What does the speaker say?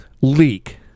leak